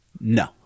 No